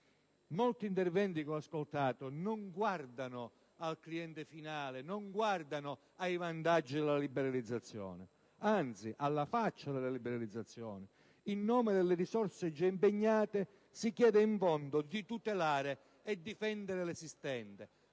Molti interventi che ho ascoltato non guardano al cliente finale, non guardano ai vantaggi della liberalizzazione; anzi - alla faccia della liberalizzazione! - in nome delle risorse già impegnate si chiede in fondo di tutelare e di difendere l'esistente,